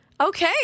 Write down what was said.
Okay